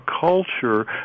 culture